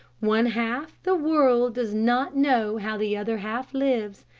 one-half the world does not know how the other half lives.